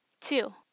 Two